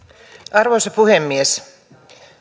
arvoisa puhemies